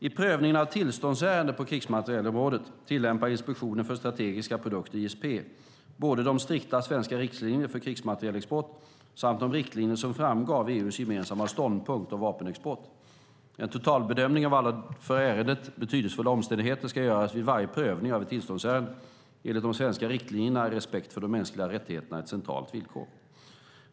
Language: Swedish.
I prövningen av tillståndsärenden på krigsmaterielområdet tillämpar Inspektionen för strategiska produkter, ISP, både de strikta svenska riktlinjerna för krigsmaterielexport samt de riktlinjer som framgår av EU:s gemensamma ståndpunkt om vapenexport. En totalbedömning av alla för ärendet betydelsefulla omständigheter ska göras vid varje prövning av ett tillståndsärende. Enligt de svenska riktlinjerna är respekt för de mänskliga rättigheterna ett centralt villkor.